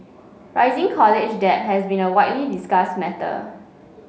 rising college debt has been a widely discussed matter